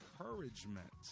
encouragement